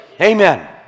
Amen